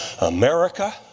America